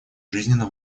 жизненно